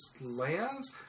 lands